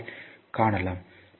6 இல் காணலாம்